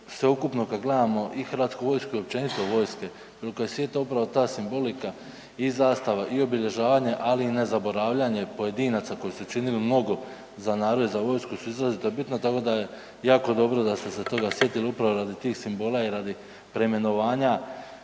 sveukupno kad gledamo i HV i općenito vojske …/Govornik se ne razumije/…ta simbolika i zastava i obilježavanje, ali i nezaboravljanje pojedinaca koji su činili mnogo za narod i za vojsku su izrazito bitna, tako da je jako dobro da ste se toga sjetili upravo radi tih simbola i radi preimenovanja